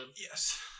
Yes